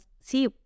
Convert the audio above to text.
see